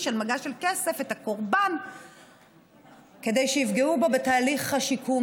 על מגש של כסף את הקורבן כדי שיפגעו בו בתהליך השיקום